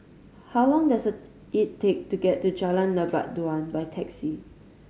how long does it take to get to Jalan Lebat Daun by taxi